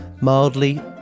mildly